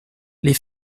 les